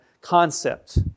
concept